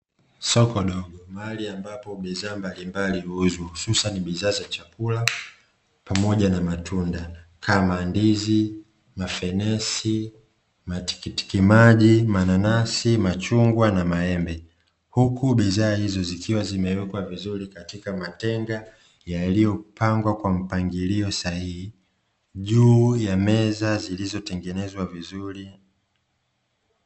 Soko dogo mahali ambapo bidhaa mbalimbali huuzwa ususani bidhaa za chakula pamoja na matunda kama: ndizi, mafenesi, matiktiki maji, mananasi, machungwa na maembe. Huku bidhaa hizo zikiwa zimewekwa vizuri katika matenga yaliyopangwa kwa mpangilio sahihi juu ya meza, zilizotengenezwa vizuri.